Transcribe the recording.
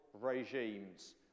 regimes